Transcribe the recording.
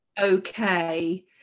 okay